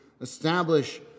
establish